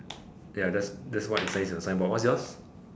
ya that's that's what it says on the signboard what's yours